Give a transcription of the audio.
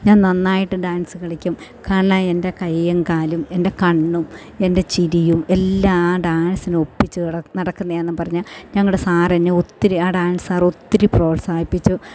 ഞാൻ നന്നായിട്ട് ഡാൻസ് കളിക്കും കാരണം എൻ്റെ കയ്യും കാലും എൻ്റെ കണ്ണും എൻ്റെ ചിരിയും എല്ലാ ആ ഡാൻസിന് ഒപ്പിച്ച് നടക്കുന്നതാണെന്നും പറഞ്ഞ് ഞങ്ങളുടെ സാർ എന്നെ ഒത്തിരി ആ ഡാൻസ് സാർ ഒത്തിരി പ്രോത്സാഹിപ്പിച്ചു